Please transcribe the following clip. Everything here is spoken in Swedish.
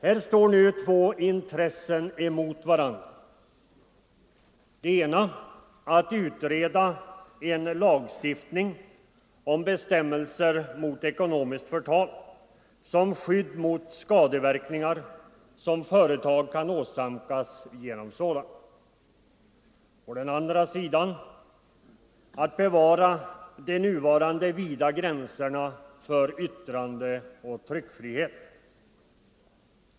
Här står nu två intressen mot varandra. Det ena är att utreda en lagstiftning om bestämmelser mot ekonomiskt förtal som skydd mot skadeverkningar som företag kan åsamkas genom sådant förtal. Det andra intresset är att bevara de nuvarande vida gränserna för yttrandeoch tryckfrihet.